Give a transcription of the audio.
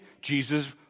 Jesus